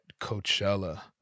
coachella